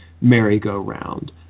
merry-go-round